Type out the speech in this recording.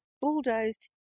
bulldozed